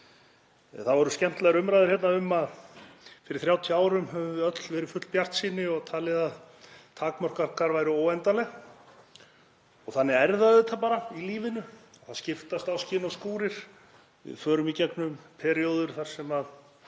Það voru skemmtilegar umræður hér um að fyrir 30 árum hefðum við öll verið full bjartsýni og talið að takmörk okkar væru óendanleg. Og þannig er það bara í lífinu, það skiptast á skin og skúrir. Við förum í gegnum períóður þar sem við